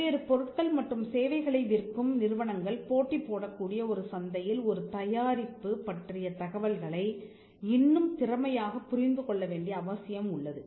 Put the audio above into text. பல்வேறு பொருட்கள் மற்றும் சேவைகளை விற்கும் நிறுவனங்கள் போட்டி போடக்கூடிய ஒரு சந்தையில்ஒரு தயாரிப்பு பற்றிய தகவல்களை இன்னும் திறமையாகப் புரிந்து கொள்ள வேண்டிய அவசியம் உள்ளது